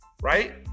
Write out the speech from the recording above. Right